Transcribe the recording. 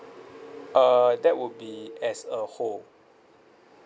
uh that would be as a whole